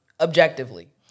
objectively